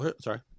Sorry